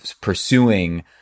pursuing